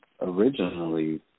originally